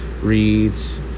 reads